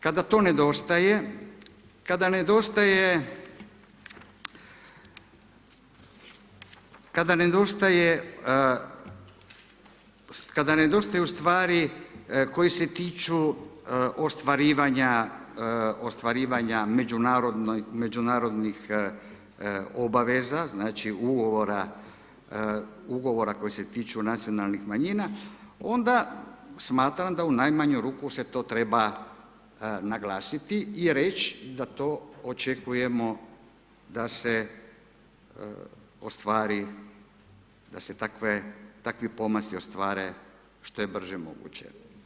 Kada to nedostaje, kada nedostaje, kada nedostaje, kada nedostaje ustvari koji se tiču ostvarivanja, ostvarivanja međunarodnih obaveza, znači ugovora koji se tiču nacionalnih manjina onda smatram da u najmanju ruku se to treba naglasiti i reći da to očekujmo da se ostvari, da se takve, da se takvi pomaci ostvare što je brže moguće.